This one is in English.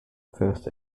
first